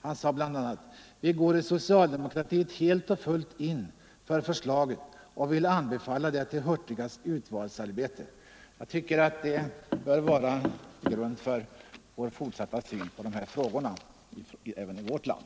Han sade bl.a.: ”Vi går i socialdemokratiet helt og fuldt ind for forslaget og vil anbefale det til hurtigt udvalgsarbejde.” Jag tycker att detta bör vara grunden för vår fortsatta syn på dessa frågor även i vårt land.